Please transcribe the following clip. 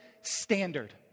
standard